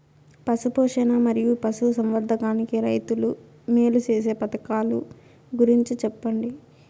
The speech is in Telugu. పశు పోషణ మరియు పశు సంవర్థకానికి రైతుకు మేలు సేసే పథకాలు గురించి చెప్పండి?